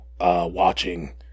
watching